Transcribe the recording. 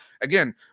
Again